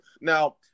Now